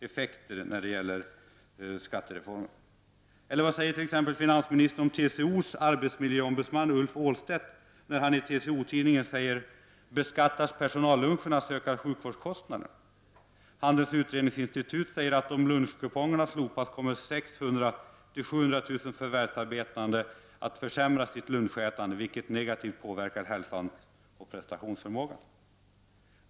Eller vad har finansministern för kommentar när TCO:s arbetsmiljöombudsman Ulf Ålstedt i TCO-tidningen säger att ”beskattas personalluncherna så ökar sjukvårdskostnaderna”? Handelns utredningsinstitut säger att ”om lunchkupongerna slopas kom mer 600 000-700 000 förvärvsarbetande att försämra sitt lunchätande, vilket negativt påverkar hälsan och prestationsförmågan”.